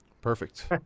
Perfect